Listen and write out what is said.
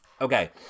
okay